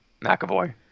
McAvoy